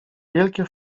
wielkie